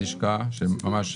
נותנות